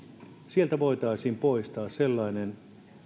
voitaisiin poistaa sellainen